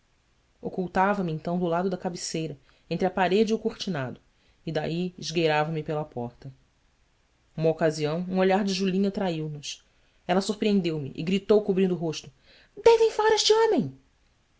ocultava me então do lado da cabeceira entre a parede e o cortinado e daí esgueirava me pela porta uma ocasião um olhar de julinha traiu nos ela surpreendeu me e gritou cobrindo o rosto e em fora este homem